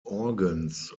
organs